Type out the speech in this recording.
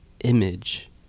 image